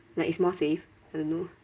like it's more safe I don't know